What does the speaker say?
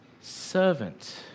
servant